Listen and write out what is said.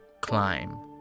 climb